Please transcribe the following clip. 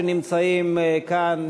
שנמצאים כאן,